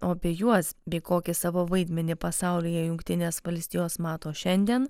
o apie juos bei kokį savo vaidmenį pasaulyje jungtinės valstijos mato šiandien